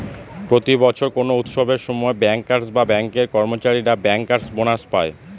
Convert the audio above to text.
প্রতি বছর কোনো উৎসবের সময় ব্যাঙ্কার্স বা ব্যাঙ্কের কর্মচারীরা ব্যাঙ্কার্স বোনাস পায়